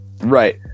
right